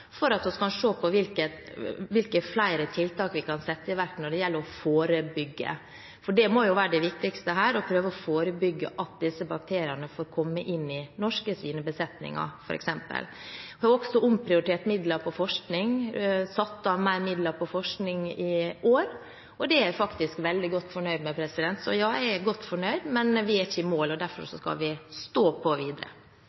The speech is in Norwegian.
for å se på hvilke flere tiltak vi kan sette i verk når det gjelder å forebygge. Det må være det viktigste her, å prøve å forebygge at disse bakteriene får komme inn i norske svinebesetninger, f.eks. Vi har også omprioritert midler innen forskning, satt av flere midler til forskning i år. Det er jeg faktisk veldig godt fornøyd med. Så: Ja, jeg er godt fornøyd, men vi er ikke i mål, derfor skal vi stå på videre.